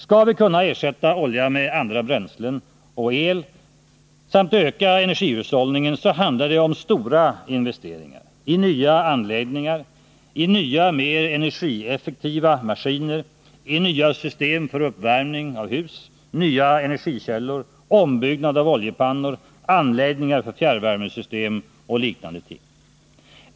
Skall vi kunna ersätta olja med andra bränslen och el samt öka energihushållningen handlar det om stora investeringar — i nya anläggningar, inya mer energieffektiva maskiner, i nya system för uppvärmning av hus, nya energikällor, ombyggnad av oljepannor, anläggningar av fjärrvärmesystem och liknande ting.